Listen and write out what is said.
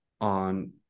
on